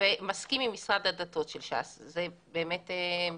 מסכים עם משרד הדתות של ש"ס זה באמת מרשים,